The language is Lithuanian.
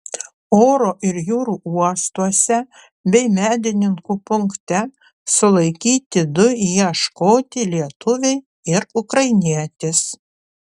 oro ir jūrų uostuose bei medininkų punkte sulaikyti du ieškoti lietuviai ir ukrainietis